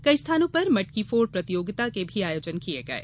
कई स्थानों पर मटकी फोड प्रतियोगिता के भी आयोजन किये गये